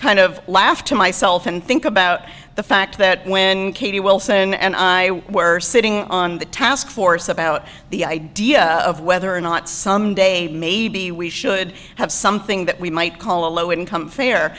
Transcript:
kind of laugh to myself and think about the fact that when katie wilson and i were sitting on the taskforce about the idea of whether or not some day maybe we should have something that we might call a low income fair